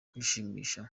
kwishimisha